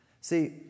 See